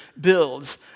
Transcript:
builds